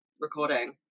recording